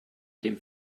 dem